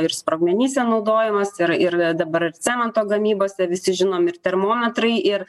ir sprogmenyse naudojamas ir ir dabar cemento gamybose visi žinom ir termometrai ir